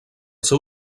seu